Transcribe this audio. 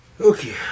Okay